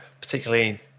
particularly